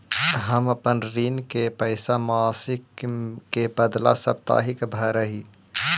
हम अपन ऋण के पैसा मासिक के बदला साप्ताहिक भरअ ही